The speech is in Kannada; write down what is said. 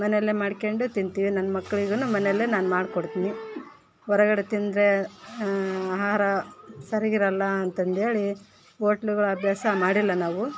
ಮನೆಲ್ಲೆ ಮಾಡ್ಕೊಂಡು ತಿಂತೀವಿ ನನ್ನ ಮಕ್ಳಿಗೂ ಮನೆಲ್ಲೆ ನಾನು ಮಾಡ್ಕೊಡ್ತೀನಿ ಹೊರಗಡೆ ತಿಂದರೆ ಆಹಾರ ಸರಿಗಿರೋಲ್ಲ ಅಂತಂಥೇಳಿ ಓಟ್ಲ್ಗಳು ಅಭ್ಯಾಸ ಮಾಡಿಲ್ಲ ನಾವು